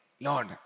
Lord